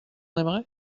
aimerait